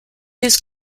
his